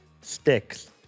sticks